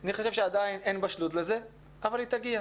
אני חושב שעדיין אין בשלות לזה אבל היא תגיע.